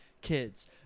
kids